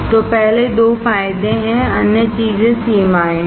तो पहले 2 फायदे हैं अन्य चीजें सीमाएं हैं